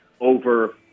over